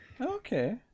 Okay